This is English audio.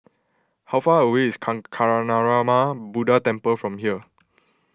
how far away is Kancanarama Buddha Temple from here